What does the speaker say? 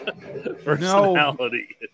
personality